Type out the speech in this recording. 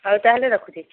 ହଉ ତା'ହେଲେ ରଖୁଛି